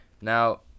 Now